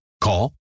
Call